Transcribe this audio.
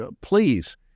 please